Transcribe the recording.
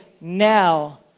now